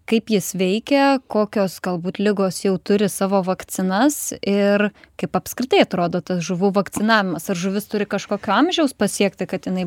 kaip jis veikia kokios galbūt ligos jau turi savo vakcinas ir kaip apskritai atrodo tas žuvų vakcinavimas ar žuvis turi kažkokio amžiaus pasiekti kad jinai